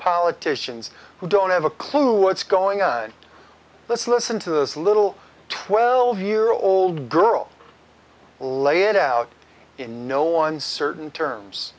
politicians who don't have a clue what's going on let's listen to this little twelve year old girl lay it out in no one certain terms